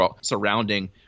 surrounding